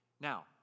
Now